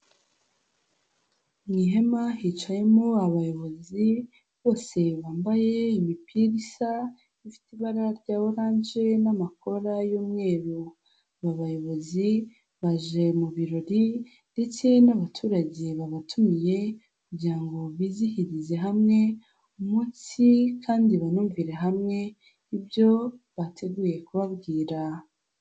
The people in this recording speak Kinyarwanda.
Mu ihema hicayemo abayobozi, bose bambaye imipira isa, ifite ibara rya orange n'amakora y'umweru, aba bayobozi baje mu birori, ndetse n'abaturage babatumiye, kugirango bizihirize hamwe umunsi, kandi banumvire hamwe ibyo bateguye kubabwira.